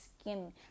skin